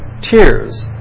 tears